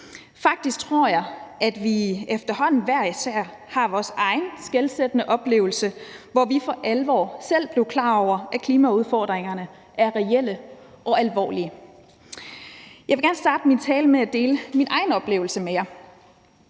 Faktisk tror jeg, at vi efterhånden hver især har vores egen skelsættende oplevelse, hvor vi for alvor selv blev klar over, at klimaudfordringerne er reelle og alvorlige. Jeg vil gerne starte min tale med at dele min egen oplevelse med jer.